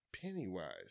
Pennywise